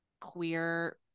queer